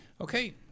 Okay